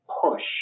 push